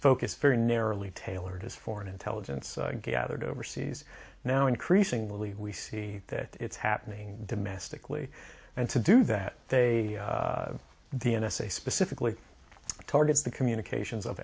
focus very narrowly tailored as foreign intelligence gathered overseas now increasingly we see that it's happening domestically and to do that they the n s a specifically targets the communications of